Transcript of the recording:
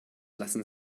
lassen